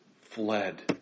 fled